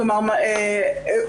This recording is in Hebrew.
כלומר עם עובדות,